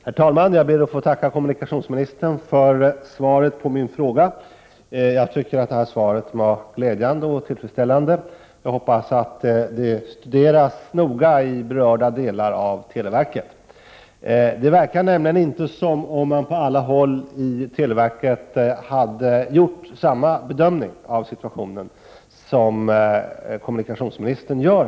Herr talman! Jag ber att få tacka kommunikationsministern för svaret på min fråga. Jag tycker att svaret var glädjande och tillfredsställande, och jag hoppas att det studeras noga inom berörda delar av televerket. Det verkar nämligen som om man inte på alla håll i televerket har gjort samma bedömning av situationen som kommunikationsministern gör.